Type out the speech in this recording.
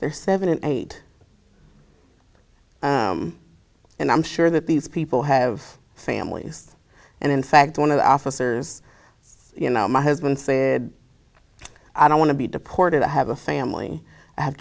they're seven and eight and i'm sure that these people have families and in fact one of the officers you know my husband said i don't want to be deported i have a family i have